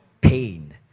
pain